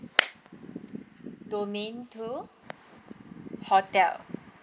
domain two hotel